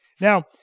Now